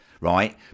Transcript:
right